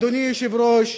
אדוני היושב-ראש,